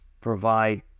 provide